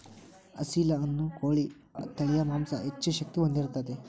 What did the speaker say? ಅಸೇಲ ಅನ್ನು ಕೋಳಿ ತಳಿಯ ಮಾಂಸಾ ಹೆಚ್ಚ ಶಕ್ತಿ ಹೊಂದಿರತತಿ